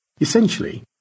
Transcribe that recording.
Essentially